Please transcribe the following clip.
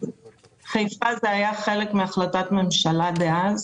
זה היה חלק מהחלטת ממשלה דאז